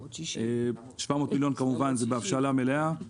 700 מיליון זה בהבשלה מלאה.